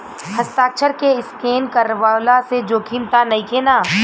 हस्ताक्षर के स्केन करवला से जोखिम त नइखे न?